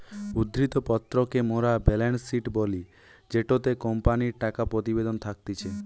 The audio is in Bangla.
উদ্ধৃত্ত পত্র কে মোরা বেলেন্স শিট বলি জেটোতে কোম্পানির টাকা প্রতিবেদন থাকতিছে